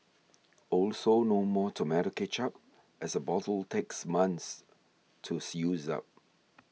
also no more tomato ketchup as a bottle takes months to see use up